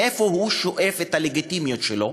מאיפה הוא שואב את הלגיטימיות שלו?